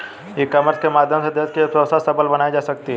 ई commerce के माध्यम से देश की अर्थव्यवस्था सबल बनाई जा सकती है